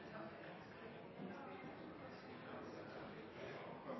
satt